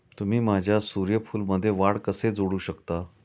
तुम्ही माझ्या सूर्यफूलमध्ये वाढ कसे जोडू शकता?